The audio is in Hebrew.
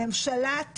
הממשלה,